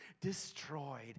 destroyed